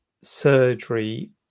surgery